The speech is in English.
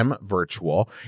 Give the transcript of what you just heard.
virtual